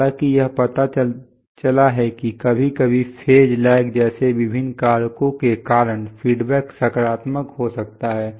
हालांकि यह पता चला है कि कभी कभी फेज लैग जैसे विभिन्न कारकों के कारण फीडबैक सकारात्मक हो सकता है